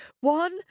One